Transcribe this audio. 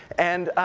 and,